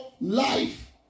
life